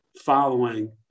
following